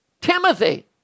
Timothy